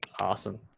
Awesome